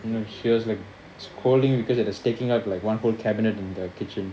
no she was like scolding because it was taking up like one whole cabinet in the kitchen